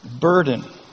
burden